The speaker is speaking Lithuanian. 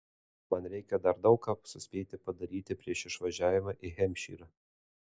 man reikia dar daug ką suspėti padaryti prieš išvažiavimą į hempšyrą